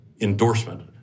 endorsement